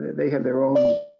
they have their own